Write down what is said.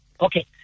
Okay